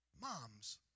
Moms